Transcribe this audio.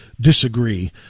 disagree